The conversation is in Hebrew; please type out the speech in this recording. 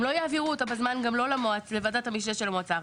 הם לא יעבירו אותה בזמן גם לא לוועדת המשנה של המועצה הארצי.